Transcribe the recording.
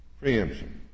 Preemption